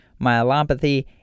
Myelopathy